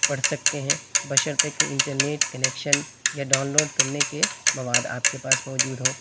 پڑھ سکتے ہیں بشرطیکہ انٹرنیٹ کنیکشن یا ڈاؤنلوڈ کرنے کے مواد آپ کے پاس موجود ہوں